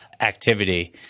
activity